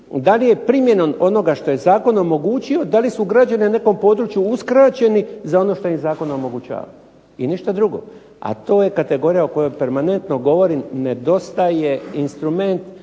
da li je primjenom onoga što je zakon omogućio da li su građani na nekom području uskraćeni za ono što im zakon omogućava i ništa drugo. A to je kategorija o kojoj permanentno govorim nedostaje instrument